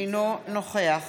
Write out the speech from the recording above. אינו נוכח